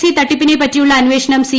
C തട്ടിപ്പിനെപ്പറ്റിയുള്ള അന്വേഷണം C